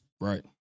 Right